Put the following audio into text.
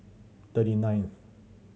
thirty ninth